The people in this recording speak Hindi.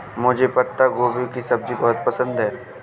मुझे पत्ता गोभी की सब्जी बहुत पसंद है